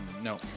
No